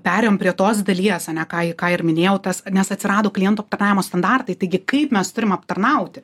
perėjom prie tos dalies ane ką ką ir minėjau tas nes atsirado klientų aptarnavimo standartai taigi kaip mes turim aptarnauti